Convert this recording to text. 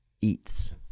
eats